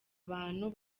abantu